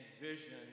vision